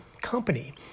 company